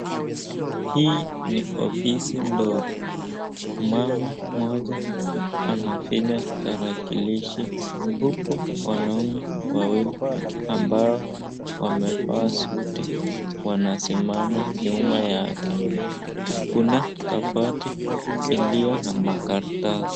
Hii ni ofisi ndogo, mama moja anafinya tarakilishi huku wanaume wawili ambao wamevaa suti wanasimama nyuma yake. Kuna kabati iliyo na makaratasi.